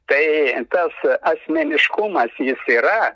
tai tas asmeniškumas jis yra